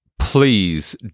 Please